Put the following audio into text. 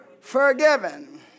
forgiven